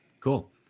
Cool